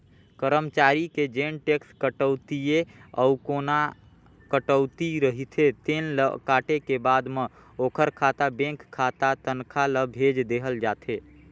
करमचारी के जेन टेक्स कटउतीए अउ कोना कटउती रहिथे तेन ल काटे के बाद म ओखर खाता बेंक खाता तनखा ल भेज देहल जाथे